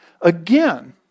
Again